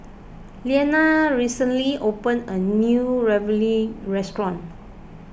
Liliana recently opened a new Ravioli restaurant